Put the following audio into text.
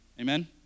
Amen